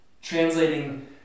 translating